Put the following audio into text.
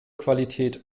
qualität